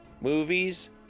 movies